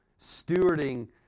stewarding